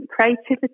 creativity